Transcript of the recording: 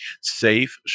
safe